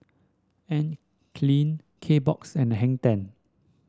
Anne Klein Kbox and Hang Ten